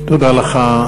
תודה רבה לך.